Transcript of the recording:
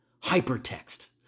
hypertext